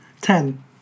Ten